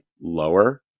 lower